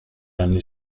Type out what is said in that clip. anni